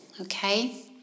Okay